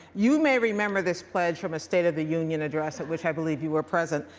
you may remember this pledge from a state of the union address at which i believe you were present,